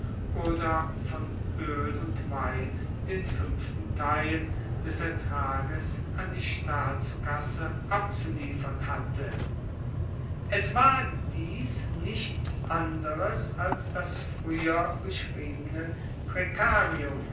oder von oel und wein den fuenften teil des ertrages an die staatskasse abzuliefern hatte es war dies nichts anderes als das frueher beschriebene